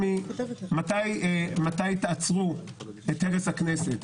מתי תעצרו את הרס הכנסת,